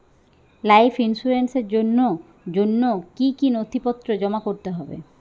Life ইন্সুরেন্সর জন্য জন্য কি কি নথিপত্র জমা করতে হবে?